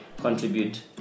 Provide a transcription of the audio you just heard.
contribute